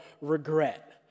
regret